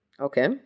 Okay